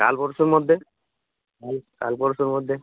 কাল পরশুর মধ্যে হ্যাঁ কাল পরশুর মধ্যে